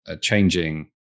changing